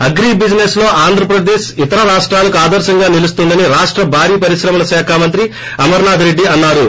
agri business లో ఆంద్ర ప్రదేశ్ ఇతర రాష్టాలకు ఆదర్రంగా నిలుస్తోందని రాష్ట భారీ పరిశ్రమల శాఖ మంత్రి అమర్చాధరెడ్డి తన్నారు